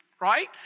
Right